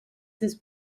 his